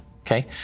okay